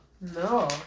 No